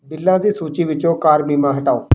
ਬਿੱਲਾਂ ਦੀ ਸੂਚੀ ਵਿੱਚੋਂ ਕਾਰ ਬੀਮਾ ਹਟਾਓ